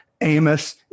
Amos